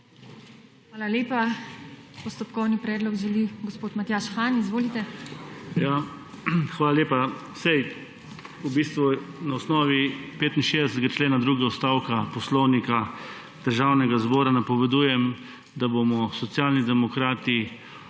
Hvala lepa. Postopkovno predlog želi gospod Matjaž Han. **MATJAŽ HAN (PS SD):** Ja, hvala lepa. Saj v bistvu na osnovi 65. člena drugega odstavka Poslovnika Državnega zbora napovedujem, da bomo Socialni demokrati